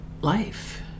life